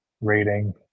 rating